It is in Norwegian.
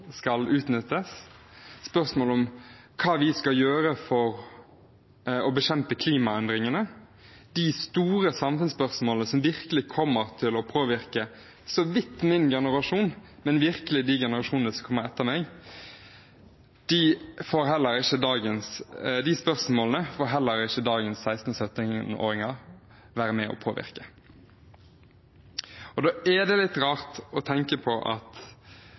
skal utnyttes, spørsmål om hva vi skal gjøre for å bekjempe klimaendringene, de store samfunnsspørsmålene som så vidt kommer til å påvirke min generasjon, men virkelig de generasjonene som kommer etter meg, får heller ikke dagens 16- og 17-åringer være med og påvirke. Da er det litt rart å tenke på at